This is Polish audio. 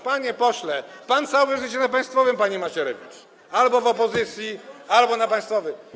Panie pośle, pan całe życie na państwowym, panie Macierewicz - albo w opozycji, albo na państwowym.